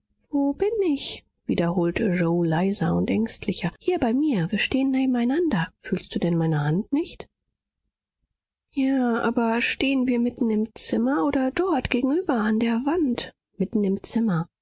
wo bin ich wiederholte yoe leiser und ängstlicher hier bei mir wir stehen nebeneinander fühlst du denn meine hand nicht ja aber stehen wir mitten im zimmer oder dort gegenüber an der wand mitten im zimmer